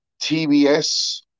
TBS